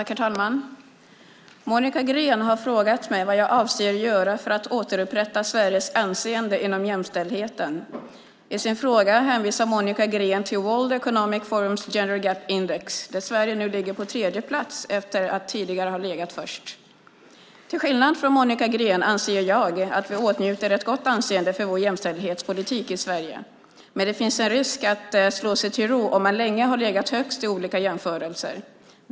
Herr talman! Monica Green har frågat mig vad jag avser att göra för att återupprätta Sveriges anseende inom jämställdheten. I sin fråga hänvisar Monica Green till World Economic Forums Gender Gap Index där Sverige nu ligger på tredje plats efter att tidigare ha legat först. Till skillnad från Monica Green anser jag att vi åtnjuter ett gott anseende för vår jämställdhetspolitik i Sverige. Men det finns en risk i att slå sig till ro om man länge har legat högst i olika jämförelser.